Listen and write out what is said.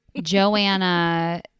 Joanna